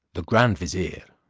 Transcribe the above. the grand vizier,